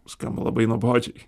skamba labai nuobodžiai